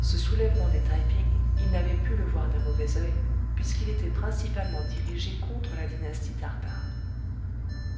ce soulèvement des taï ping il n'avait pu le voir d'un mauvais oeil puisqu'il était principalement dirigé contre la dynastie tartare